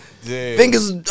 fingers